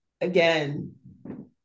Again